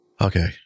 Okay